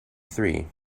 three